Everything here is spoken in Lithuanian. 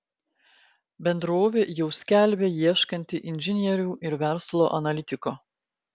bendrovė jau skelbia ieškanti inžinierių ir verslo analitiko